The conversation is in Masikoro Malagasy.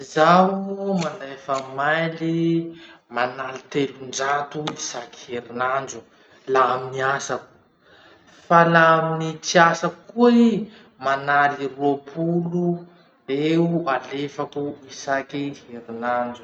Zaho mandefa maily manaly telonjato isaky herinandro, laha amin'ny asako. Fa laha amy tsy asako koa i, manaly ropolo eo alefako isaky herinandro.